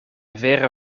vere